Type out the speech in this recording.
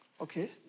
Okay